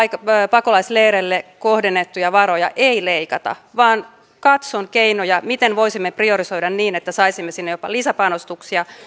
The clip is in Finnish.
pakolaisleireille kohdennettuja varoja ei leikata vaan katson keinoja miten voisimme priorisoida niin että saisimme sinne jopa lisäpanostuksia